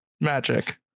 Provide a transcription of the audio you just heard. magic